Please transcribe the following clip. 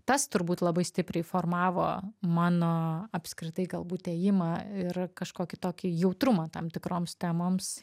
tas turbūt labai stipriai formavo mano apskritai galbūt ėjimą ir kažkokį tokį jautrumą tam tikroms temoms